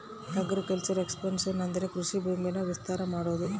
agriculture expansion ಅಂದ್ರೆ ಕೃಷಿ ಭೂಮಿನ ವಿಸ್ತಾರ ಮಾಡೋದು